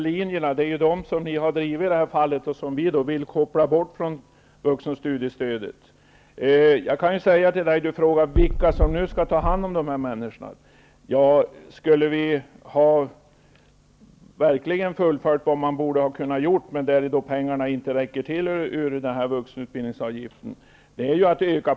Fru talman! Det sista var intressant. Vi har i detta fall drivit att de politiska linjerna skall kopplas bort från vuxenstudiestödet. Widar Andersson frågar vilka som nu skall ta hand om dessa människor. Om vi hade fullföljt det som borde kunna göras, hade vi kunnat öka på det särskilda vuxenstudiestödet. Men pengarna från vuxenutbildningsavgiften räcker inte till.